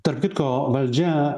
tarp kitko valdžia